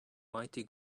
mighty